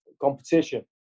competition